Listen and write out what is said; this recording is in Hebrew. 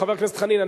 חבר הכנסת חנין,